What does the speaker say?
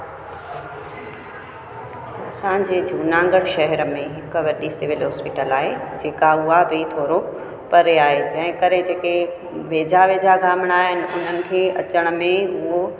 असांजे जूनागढ़ शहेर में हिक वॾी सिविल हॉस्पिटल आहे जेका उहा बि थोरो परे आहे जंहिं करे जेके वेझा वेझा गामणा आहिनि हुननि खे अचण में उहो